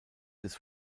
des